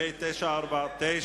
פ/949,